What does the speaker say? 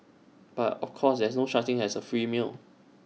but of course there is no such thing as A free meal